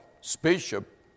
spaceship